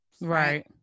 right